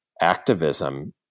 activism